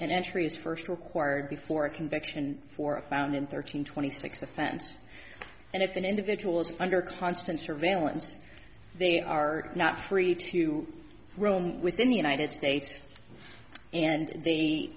an entry is first required before a conviction for a found in thirteen twenty six offense and if an individual is under constant surveillance they are not free to roam within the united states and they